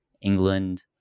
England